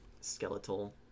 skeletal